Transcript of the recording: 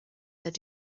their